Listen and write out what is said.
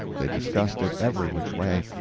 they discussed it every which way,